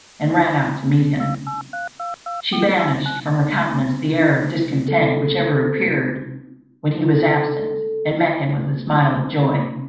and ran out to meet him she banished from her countenance the air of discontent which ever appeared when he was absent, and met him with a smile of joy.